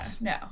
no